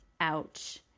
ouch